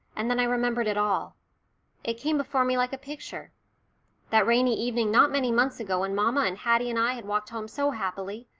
and then i remembered it all it came before me like a picture that rainy evening not many months ago when mamma and haddie and i had walked home so happily,